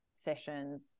sessions